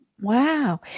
Wow